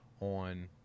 on